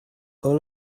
all